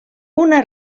una